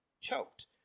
Choked